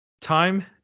Time